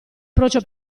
approccio